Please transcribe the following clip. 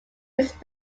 his